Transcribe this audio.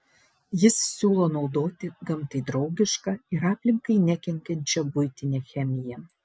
jis siūlo naudoti gamtai draugišką ir aplinkai nekenkiančią buitinę chemiją